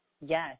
yes